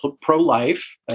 pro-life